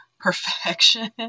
Perfection